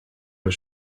was